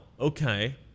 Okay